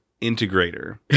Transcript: integrator